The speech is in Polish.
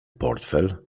portfel